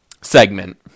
segment